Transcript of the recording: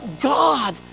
God